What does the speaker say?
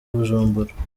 bujumbura